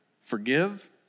forgive